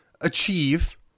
achieve